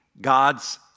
God's